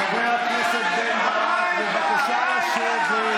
חבר הכנסת בן ברק, בבקשה לשבת.